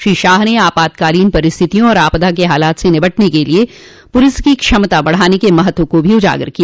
श्री शाह ने आपातकालीन परिस्थितियों और आपदा के हालात से निपटने के लिए पुलिस की क्षमता बढ़ाने के महत्व को भी उजागर किया